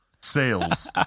sales